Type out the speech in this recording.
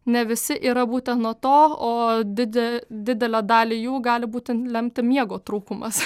ne visi yra būtent nuo to o dide didelę dalį jų gali būti lemti miego trūkumas